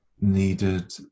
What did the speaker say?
needed